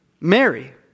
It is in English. Mary